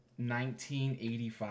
1985